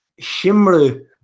Shimru